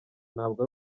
ntabwo